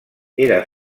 era